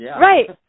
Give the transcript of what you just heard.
Right